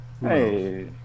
Hey